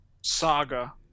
Saga